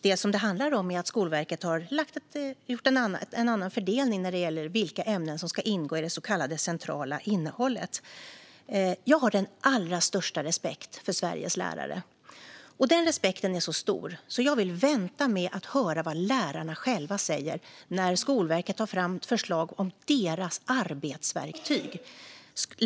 Det handlar om att Skolverket har gjort en annan fördelning när det gäller vilka ämnen som ska ingå i det så kallade centrala innehållet. Jag har den allra största respekt för Sveriges lärare. Den respekten är så stor att jag vill vänta tills jag får höra vad lärarna själva säger när Skolverket tar fram ett förslag om deras arbetsverktyg.